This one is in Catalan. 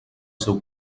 seu